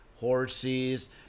horses